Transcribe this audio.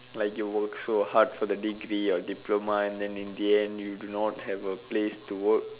like you work so hard for the degree or diploma and then in the end you do not have a place to work